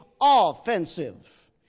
offensive